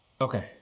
Okay